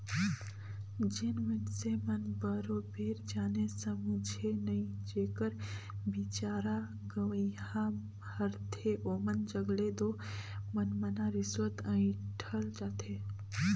जेन मइनसे मन बरोबेर जाने समुझे नई जेकर बिचारा गंवइहां रहथे ओमन जग ले दो मनमना रिस्वत अंइठल जाथे